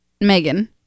Megan